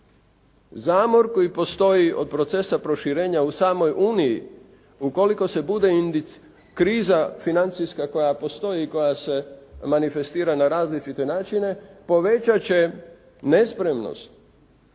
Zamor koji postoji od procesa proširenja u samoj Uniji ukoliko se bude kriza financijska koja postoji i koja se manifestira na različite načine, povećati će nespremnost